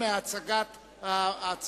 ההיפך מסדר הצגת ההצעות.